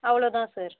அவ்வளோ தான் சார்